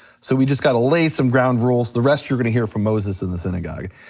so we just gotta lay some ground rules, the rest you're gonna hear from moses in the synagogue.